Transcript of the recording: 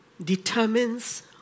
determines